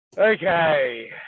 Okay